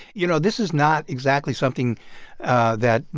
you know, this is not exactly something that,